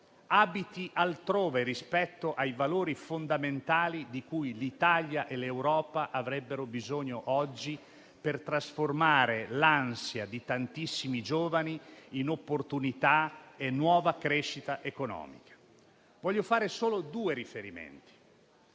abiti altrove rispetto ai valori fondamentali di cui l'Italia e l'Europa avrebbero oggi bisogno per trasformare l'ansia di tantissimi giovani in opportunità e nuova crescita economica. Voglio fare solo due riferimenti: